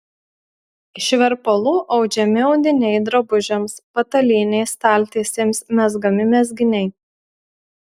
iš verpalų audžiami audiniai drabužiams patalynei staltiesėms mezgami mezginiai